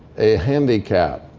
a handicap,